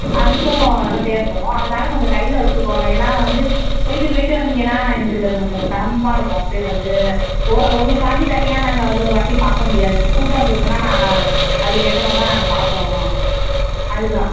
அதுக்கும் எல்லாம் தேவைப்படும் அதனாலே கொஞ்சம் கையில வச்சுக்கோங்க ஏனால் வந்து போயிட்டு போயிட்டு வந்திங்கன்னால் எங்களுக்கு அது கொஞ்சம் சிரமமா இருக்கும் அப்ளை பண்ணிவிட்டு ஒரு உங்களுகாண்டி தனியாக நாங்கள் ஒரு வாட்டி பார்க்கமுடியாது கூட்டம் வந்துருச்சுன்னா நான் அதுக்கேற்ற மாதிரிதான் நாங்கள் பார்ப்போம் அதுக்குதான்